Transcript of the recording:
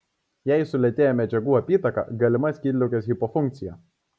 jei sulėtėja medžiagų apytaka galima skydliaukės hipofunkcija